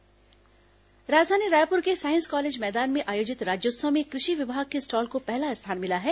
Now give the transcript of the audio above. राज्योत्सव stall राजधानी रायपुर के science college मैदान में आयोजित राज्योत्सव में कृषि विभाग के स्टॉल को पहला स्थान मिला है